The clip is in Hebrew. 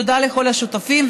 תודה לכל השותפים,